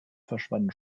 verschwanden